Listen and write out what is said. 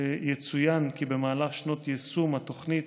יצוין כי במהלך שנות יישום התוכנית